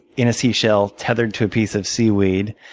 in a seashell tethered to a piece of seaweed.